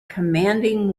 commanding